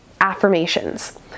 affirmations